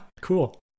cool